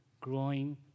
growing